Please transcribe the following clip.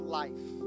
life